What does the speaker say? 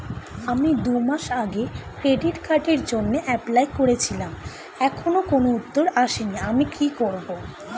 আমি দুমাস আগে ক্রেডিট কার্ডের জন্যে এপ্লাই করেছিলাম এখনো কোনো উত্তর আসেনি আমি কি করব?